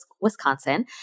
Wisconsin